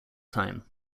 time